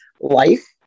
life